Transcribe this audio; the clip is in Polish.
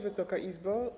Wysoka Izbo!